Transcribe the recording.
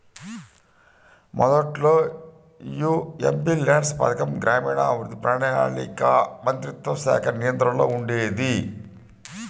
మొదట్లో యీ ఎంపీల్యాడ్స్ పథకం గ్రామీణాభివృద్ధి, ప్రణాళికా మంత్రిత్వశాఖ నియంత్రణలో ఉండేది